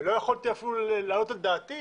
ולא יכולתי אפילו להעלות על דעתי